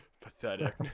Pathetic